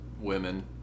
women